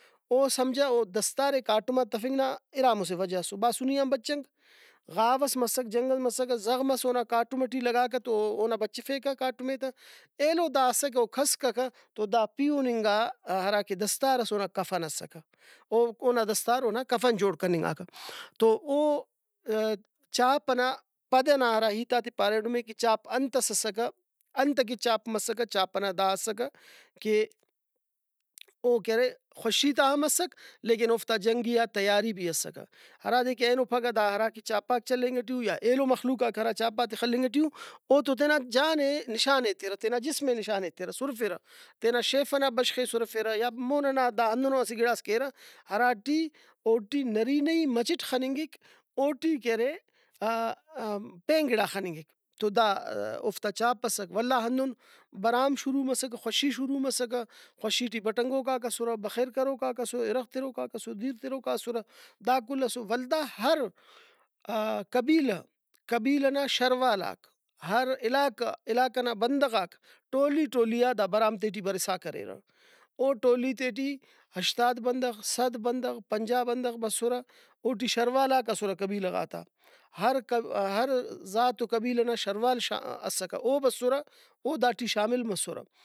او سمجھہ او دستارے کاٹما تفنگ نا اِرا مُسہ وجہ اسو باسُنی آن بچینگ غاو مسک جنگ ئس مسکہ زغمس اونا کاٹم ٹی لگاکہ تو اونا بچفیکہ کاٹمے تہ ایلو دا اسکہ او کہسککہ تو دا پیہُننگا ہراکہ دستار اس اونا کفن اسکہ۔ او اونا دستار اونا کفن جوڑ کننگاکہ تو او چاپ ئنا پد ئنا ہرا ہیتاتے پاریٹ نمےکہ چاپ انتس اسکہ انتکہ چاپ مسکہ چاپ ئنا دا اسکہ کہ او کہ ارے خوشی تا ہم اسک لیکن اوفتا جنگیئا تیاری بھی اسکہ ہرادے کہ اینو پھگہ دا ہراکہ چاپاک چلینگ ٹی او یا ایلو مخلوقاک ہرا چاپاتے خلنگ ٹی او او تو تینا جانے نشان ایترہ تینا جسمے نشان ایترہ سُرفرہ تینا شیف ئنا بشخے سُرفرہ یا مون ئنا دا ہندنو اسہ گڑاس کیرہ ہراٹی اوٹی نرینئی مچٹ خننگک اوٹی کہ پین گڑا خننگک تو دا اوفتا چاپ اسک ولا ہندن برام شروع مسکہ خوشی شروع مسکہ خوشی ٹی بٹنگوکاک اسرہ بخیر کروکا اسرہ اِرغ تروکاک اسر دِیر تروکا اسرہ دا کل اسر ولدا ہر قبیلہ قبیلہ نا شروالاک ہر علاقہ علاقہ نا بندغاک ٹولی ٹولیئا دا برام تے ٹی برسا کریرہ او ٹولی تے ٹی ہشتاد بندغ صد بندغ پنجا بندغ بسُرہ اوٹی شروالاک اسرہ قبیلہ غاتا ہر ہر ذات ؤ قبیلہ نا شروال اسکہ او بسرہ او داٹی شامل مسرہ